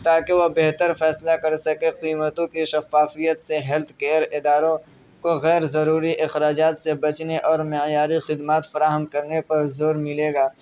تا کہ وہ بہتر فیصلہ کر سکے قیمتوں کی شفافیت سے ہیلتھ کیئر اداروں کو غیرضروری اخراجات سے بچنے اور معیاری خدمات فراہم کرنے پر زور ملے گا